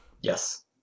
Yes